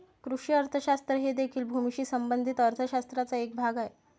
कृषी अर्थशास्त्र हे देखील भूमीशी संबंधित अर्थ शास्त्राचा एक भाग आहे